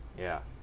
ya